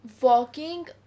walking